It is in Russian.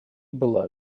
было